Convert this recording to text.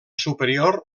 superior